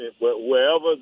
wherever